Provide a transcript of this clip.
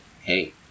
Hey